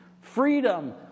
freedom